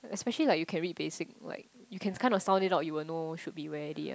especially like you can read basic like you can kinda sound it out you will know should be where already ah